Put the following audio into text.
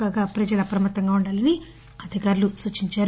కాగా ప్రజలు అప్రమత్తంగా ఉండాలని అటవీ అధికారులు సూచించారు